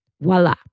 Voila